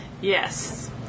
Yes